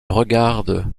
regarde